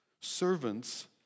Servants